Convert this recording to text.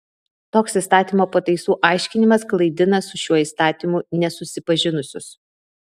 toks įstatymo pataisų aiškinimas klaidina su šiuo įstatymu nesusipažinusius